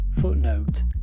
Footnote